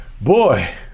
Boy